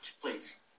please